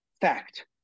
fact